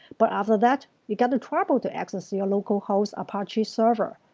but after that, you got the trouble to access your localhost apache server,